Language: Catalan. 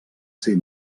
ser